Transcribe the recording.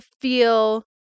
feel